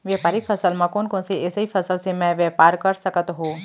व्यापारिक फसल म कोन कोन एसई फसल से मैं व्यापार कर सकत हो?